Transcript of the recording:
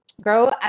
grow